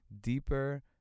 deeper